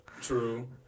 True